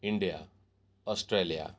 India Australia